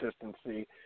consistency